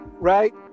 right